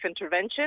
intervention